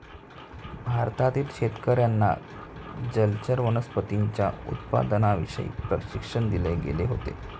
भारतातील शेतकर्यांना जलचर वनस्पतींच्या उत्पादनाविषयी प्रशिक्षण दिले गेले होते